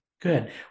Good